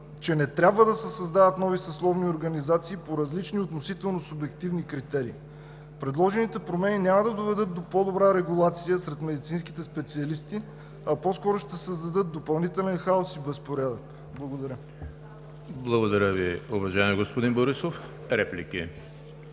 че не трябва да се създават нови съсловни организации по различни относително субективни критерии. Предложените промени няма да доведат до по-добра регулация сред медицинските специалисти, а по-скоро ще създадат допълнителен хаос и безпорядък. Благодаря. ПРЕДСЕДАТЕЛ ЕМИЛ ХРИСТОВ: Благодаря Ви, уважаеми господин Борисов. Реплики?